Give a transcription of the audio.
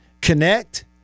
Connect